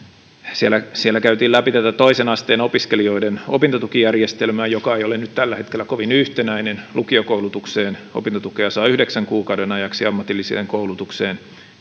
siellä siellä käytiin läpi toisen asteen opiskelijoiden opintotukijärjestelmää joka ei ole nyt tällä hetkellä kovin yhtenäinen lukiokoulutukseen opintotukea saa yhdeksän kuukauden ajaksi ja ammatilliseen koulutukseen